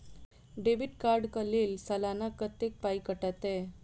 Debit card कऽ लेल सलाना कत्तेक पाई कटतै?